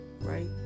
right